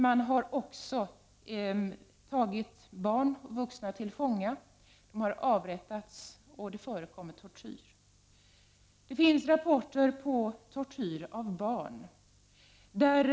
Man har också tagit barn och vuxna till fånga. De har avrättats, och det förekommer tortyr. Det finns rapporter om tortyr av barn. En fånge som = Prot.